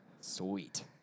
Sweet